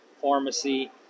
pharmacy